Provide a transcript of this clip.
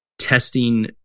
testing